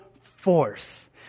force